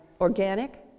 organic